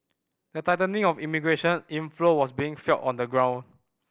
the tightening of immigration inflow was being felt on the ground